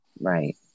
Right